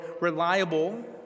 reliable